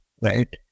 right